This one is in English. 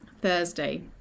Thursday